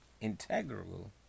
Integral